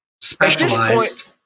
specialized